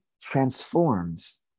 transforms